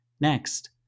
Next